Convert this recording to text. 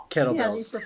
Kettlebells